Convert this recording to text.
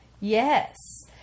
Yes